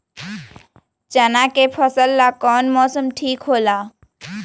चाना के फसल ला कौन मौसम ठीक होला?